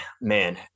man